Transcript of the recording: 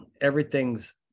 everything's